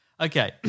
Okay